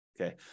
okay